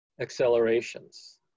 accelerations